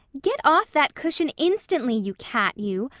get off that cushion instantly, you cat, you!